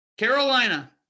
Carolina